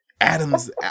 Adam's